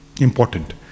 important